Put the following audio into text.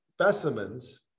specimens